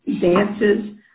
dances